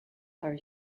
are